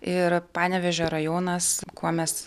ir panevėžio rajonas kuo mes